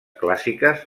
clàssiques